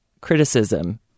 criticism